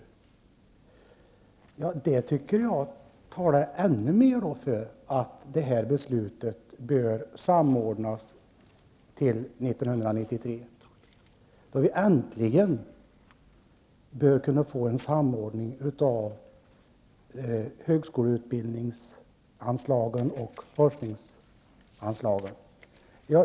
I så fall är det enligt min uppfattning ännu mer angeläget att det här beslutet samordnas till 1993, då vi äntligen bör kunna få en samordning av högskoleutbildningsanslagen och forskningsanslagen.